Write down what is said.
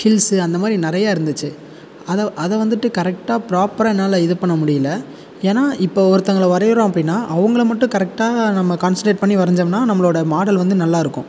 hills அந்தமாதிரி நிறையா இருந்துச்சு அதை அதை வந்துட்டு கரெக்டாக ப்ராப்பராக என்னால் இது பண்ண முடியல ஏன்னா இப்போ ஒருத்தங்கள வரைகிறோம் அப்படினா அவங்கள மட்டும் கரெக்டாக நம்ம கான்சன்ட்ரேட் பண்ணி வரைஞ்சோம்னா நம்மளோட மாடல் வந்து நல்லாயிருக்கும்